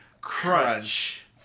crunch